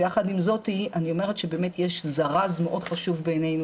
ויחד עם זאת אני אומרת שבאמת יש זרז מאוד חשוב בעינינו